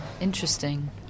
interesting